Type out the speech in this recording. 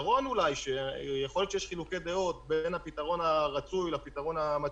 יכול להיות שיש חילוקי דעות בין הפתרון הרצוי לבין הפתרון המצוי,